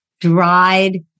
dried